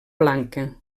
blanca